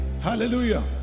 Hallelujah